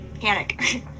Panic